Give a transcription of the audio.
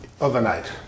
overnight